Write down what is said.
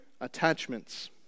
attachments